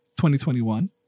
2021